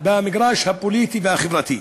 במגרש הפוליטי והחברתי.